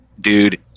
dude